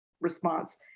response